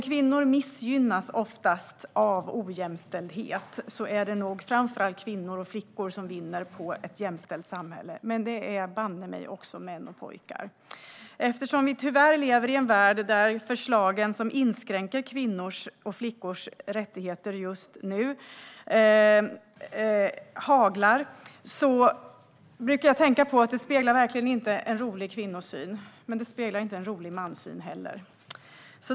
Kvinnor missgynnas oftast av ojämställdhet, och det är framför allt kvinnor och flickor som vinner på ett jämställt samhälle. Men det är banne mig också män och pojkar som vinner på det! Eftersom vi tyvärr lever i en värld där förslagen som inskränker kvinnors och flickors rättigheter just nu haglar, brukar jag tänka på att det verkligen inte speglar en rolig kvinnosyn, men inte en rolig manssyn heller.